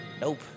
nope